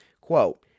Quote